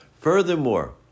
Furthermore